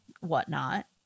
whatnot